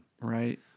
Right